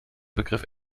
begriff